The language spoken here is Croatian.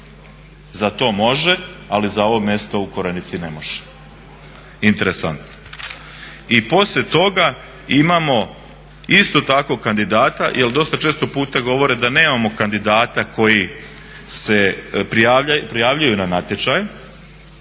Za to može ali za ovo mjesto u Korenici ne može. Interesantno. I poslije toga imamo isto tako kandidata jer dosta često puta govore da nemamo kandidata koji se prijavljuju na natječaje.